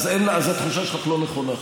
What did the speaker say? אז התחושה שלך לא נכונה.